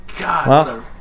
God